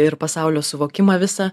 ir pasaulio suvokimą visą